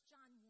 John